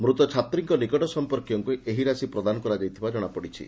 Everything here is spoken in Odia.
ମୃତ ଛାତ୍ରୀଙ୍କ ନିକଟ ସମ୍ମର୍କୀୟଙ୍କୁ ଏହି ରାଶି ପ୍ରଦାନ କରାଯାଇଥିବା ଜଣାପଡିଛି